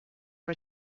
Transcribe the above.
for